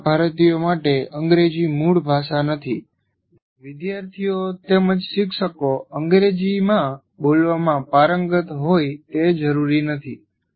મોટાભાગના ભારતીયો માટે અંગ્રેજી મૂળ ભાષા નથી વિદ્યાર્થીઓ તેમજ શિક્ષકો અંગ્રેજીમાં બોલવામાં પારંગત હોય તે જરૂરી નથી